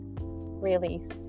released